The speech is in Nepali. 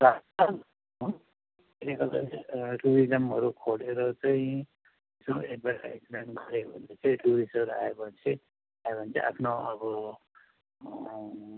राक्छन् हो त्यसले गर्दाखेरि टुरिजमहरू खोलेर चाहिँ यसो एडभटाइजमेन्ट गऱ्यो भने चाहिँ टुरिस्टहरू आयोपछि आयो भने चाहिँ आफ्नो अब